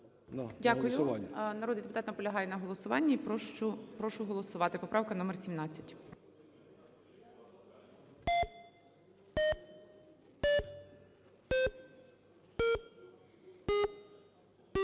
Дякую. Народний депутат наполягає на голосуванні. Прошу голосувати, поправка номер 17.